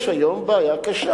יש היום בעיה קשה.